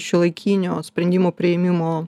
šiuolaikinio sprendimų priėmimo